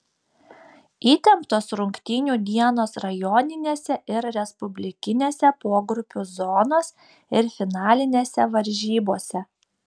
įtemptos rungtynių dienos rajoninėse ir respublikinėse pogrupių zonos ir finalinėse varžybose